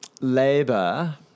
Labour